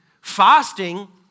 Fasting